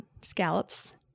scallops